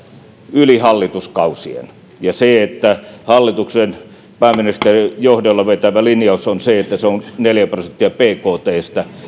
yli hallituskausien menevä ja se että hallituksen pääministerin johdolla vetämä linjaus on se että se on neljä prosenttia bktstä